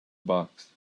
box